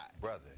Brother